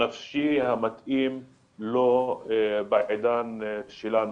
הנפשי המתאים לו בעידן שלנו.